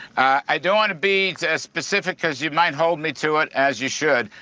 i don't want to be as specific as you might hold me to it as you should.